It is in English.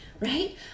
right